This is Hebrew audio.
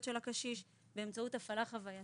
של הקשיש באמצעות כל מיני משחקים והפעלה חווייתית.